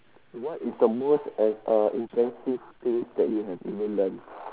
what is the most ex~ uh impressive things that you have even done